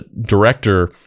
director